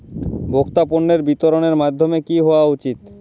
ভোক্তা পণ্যের বিতরণের মাধ্যম কী হওয়া উচিৎ?